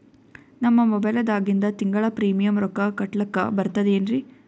ನಮ್ಮ ಮೊಬೈಲದಾಗಿಂದ ತಿಂಗಳ ಪ್ರೀಮಿಯಂ ರೊಕ್ಕ ಕಟ್ಲಕ್ಕ ಬರ್ತದೇನ್ರಿ?